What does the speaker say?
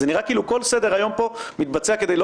זה נראה כאילו כל סדר היום מתבצע כדי לא